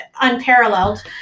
unparalleled